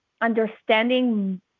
understanding